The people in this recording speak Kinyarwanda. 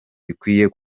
bikwiye